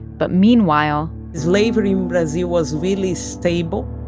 but meanwhile. slavery in brazil was really stable,